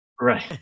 right